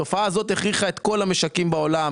התופעה הזאת הכריחה את כל המשקים בעולם